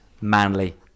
manly